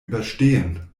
überstehen